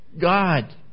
God